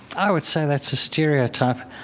i would say that's a stereotype.